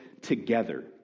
together